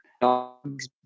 dog's